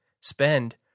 spend